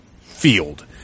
field